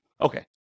Okay